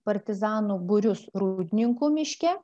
partizanų būrius rūdninkų miške